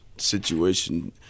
situation